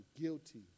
guilty